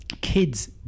kids